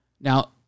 Now